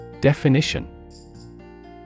Definition